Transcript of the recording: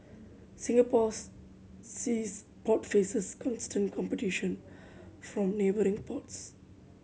Singapore's seas port faces constant competition from neighbouring ports